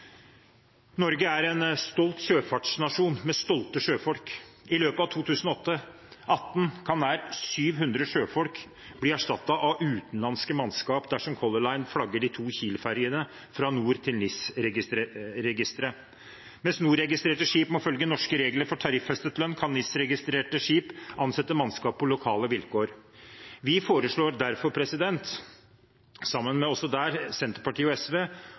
Norge er en stolt sjøfartsnasjon med stolte sjøfolk. I løpet av 2018 kan nær 700 sjøfolk bli erstattet av utenlandske mannskap dersom Color Line flagger de to Kiel-ferjene fra NOR- til NIS-registret. Mens NOR-registrerte skip må følge norske regler for tariffestet lønn, kan NIS-registrerte skip ansette mannskap på lokale vilkår. Vi fremmer derfor, også der sammen med Senterpartiet og SV,